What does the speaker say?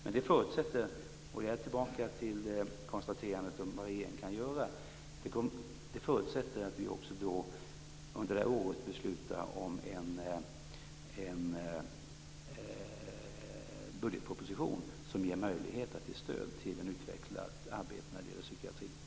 Men det förutsätter - jag är tillbaka till vad regeringen kan göra - att vi under året beslutar om en budgetproposition som ger möjlighet att ge stöd till ett utvecklat arbete när det gäller psykiatrin.